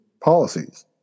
policies